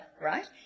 right